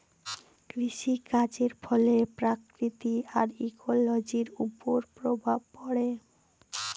কৃষিকাজের ফলে প্রকৃতি আর ইকোলোজির ওপর প্রভাব পড়ে